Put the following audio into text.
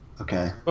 Okay